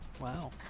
Wow